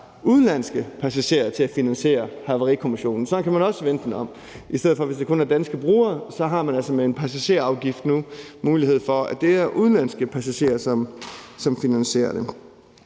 udenlandske passagerer til at finansiere Havarikommissionen. Sådan kan man også vende den om. I stedet for at det kun er danske brugere, har man altså med en passagerafgift nu mulighed for, at det er udenlandske passagerer, som finansierer det.